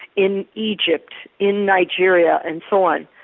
in egypt, in nigeria and so on.